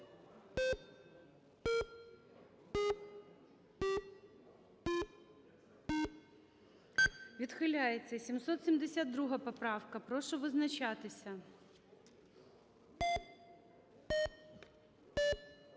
Відхиляється. 770 поправка. Прошу визначатися.